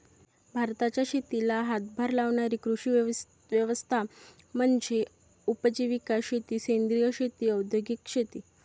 भारताच्या शेतीला हातभार लावणारी कृषी व्यवस्था म्हणजे उपजीविका शेती सेंद्रिय शेती औद्योगिक शेती